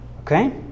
Okay